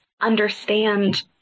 understand